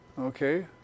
Okay